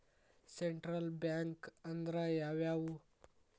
Central bank ಅಂದ್ರ ಯಾವ್ಯಾವು?